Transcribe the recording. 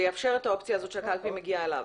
זה יאפשר את האופציה הזאת שהקלפי מגיעה אליו.